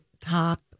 top